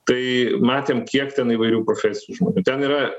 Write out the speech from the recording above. tai matėm kiek ten įvairių profesijų žmonių ten yra